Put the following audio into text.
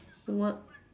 work